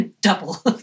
double